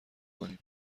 کنیم